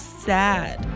sad